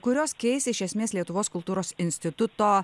kurios keis iš esmės lietuvos kultūros instituto